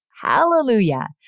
Hallelujah